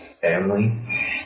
Family